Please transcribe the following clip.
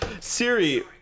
Siri